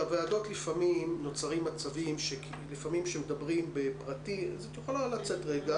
בוועדות נוצרים מצבים שלפעמים מדברים בפרטים -- -אז את יכולה לצאת רגע,